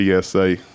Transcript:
PSA